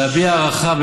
להביע הערכה,